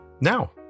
now